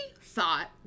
thought